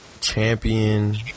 champion